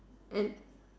and